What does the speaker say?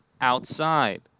outside